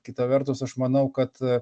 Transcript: kita vertus aš manau kad